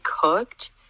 cooked